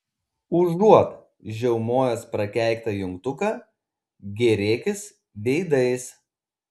užuot žiaumojęs prakeiktą jungtuką gėrėkis veidais